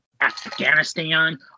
Afghanistan